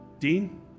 Dean